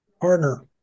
partner